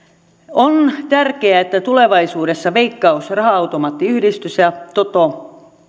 on myös tärkeää että tulevaisuudessa veikkaus raha automaattiyhdistys ja toto